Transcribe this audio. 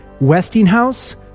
Westinghouse